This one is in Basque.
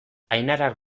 ainarak